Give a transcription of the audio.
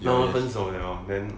他们分手了 then